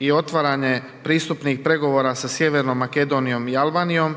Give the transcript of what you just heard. i otvaranje pristupnih pregovora sa Sjevernom Makedonijom i Albanijom